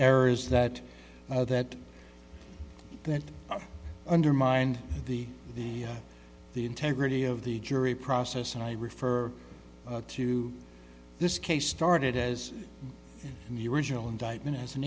errors that that that undermined the the the integrity of the jury process and i refer to this case started as in the original indictment as an